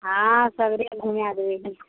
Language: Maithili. हँ सगरे घुमै देबै